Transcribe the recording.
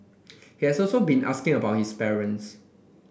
he has also been asking about his parents